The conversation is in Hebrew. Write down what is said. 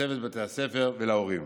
לצוות בתי הספר ולהורים.